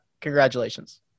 congratulations